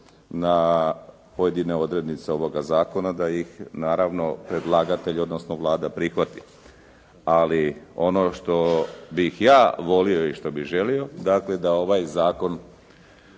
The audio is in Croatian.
na pojedine odrednice ovoga zakona da ih naravno predlagatelj odnosno Vlada prihvati. Ali ono što bih ja volio i želio, dakle da ovaj zakon